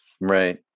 Right